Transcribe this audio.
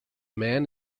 man